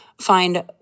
find